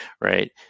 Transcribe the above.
right